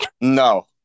No